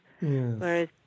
Whereas